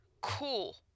cool